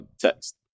text